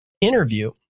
interview